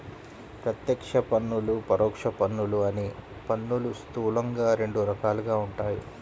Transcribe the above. ప్రత్యక్ష పన్నులు, పరోక్ష పన్నులు అని పన్నులు స్థూలంగా రెండు రకాలుగా ఉంటాయి